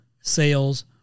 sales